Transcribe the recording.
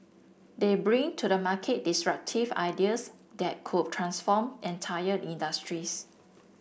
they bring to the market disruptive ideas that could transform entire industries